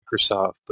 microsoft